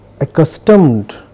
accustomed